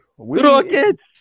Rockets